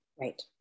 Right